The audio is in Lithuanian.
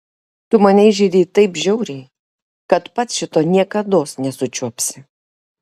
tu mane įžeidei taip žiauriai kad pats šito niekados nesučiuopsi